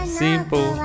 simple